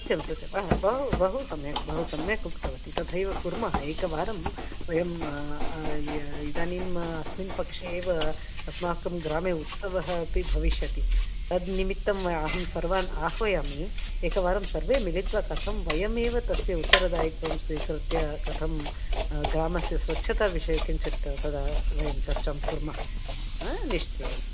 सत्यं सत्यं बहु बहु सम्यक् बहु सम्यक् उक्तवती तथैव कुर्मः एकवारं वयम् इदानीम् अस्मिन् पक्षे एव अस्माकं ग्रामे उत्सवः अपि भविष्यति तत् निमित्तम् अहं सर्वान् आह्वयामि एकवारं सर्वे मिलित्वा कथं वयमेव तस्य उत्तरदायित्वं स्वीकृत्य कथं ग्रामस्य स्वच्छता विषये किञ्चित् तदा वयं चर्चां कुर्मः निश्चयेन